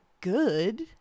good